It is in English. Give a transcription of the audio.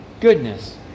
goodness